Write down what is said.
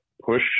push